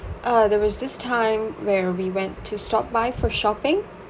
uh there was this time where we went to stop by for shopping